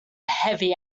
heavy